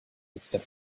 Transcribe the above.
except